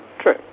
True